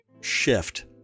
shift